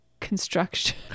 construction